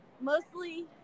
mostly